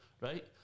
right